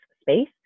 space